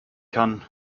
kann